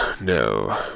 no